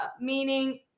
meaning